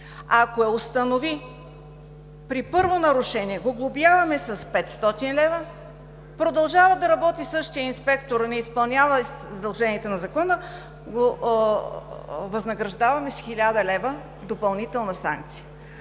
Ако я установи при първо нарушение, глобяваме го с 500 лв., продължава да работи същият инспектор, не изпълнява задължението на Закона и го възнаграждаваме с 1000 лв. допълнителна санкция.